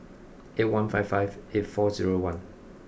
eight one five five eight four zero one